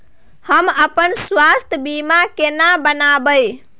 हम अपन स्वास्थ बीमा केना बनाबै?